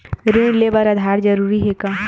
ऋण ले बर आधार ह जरूरी हे का?